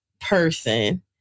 person